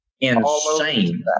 Insane